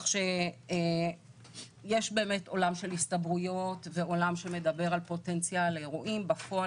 יש באמת עולם של הסתברויות ועולם שמדבר על פוטנציאל לאירועים; בפועל,